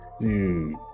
Dude